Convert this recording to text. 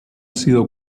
sido